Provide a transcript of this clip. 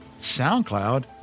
SoundCloud